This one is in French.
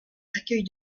accueil